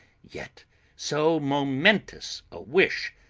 yet so momentous a wish,